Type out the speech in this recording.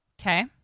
Okay